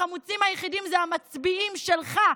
החמוצים היחידים אלה המצביעים שלך,